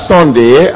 Sunday